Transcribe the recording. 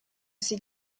ces